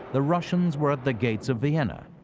the russians were at the gates of vienna.